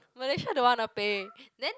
Malaysia don't want to pay then